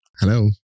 Hello